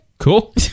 Cool